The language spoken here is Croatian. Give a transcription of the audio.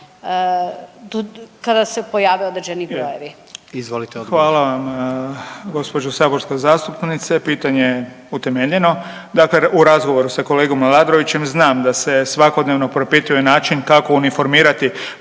odgovor. **Beroš, Vili (HDZ)** Hvala vam gđo. saborska zastupnice. Pitanje je utemeljeno. Dakle u razgovoru sa kolegom Aladrovićem znam da se svakodnevno propituje način kako uniformirati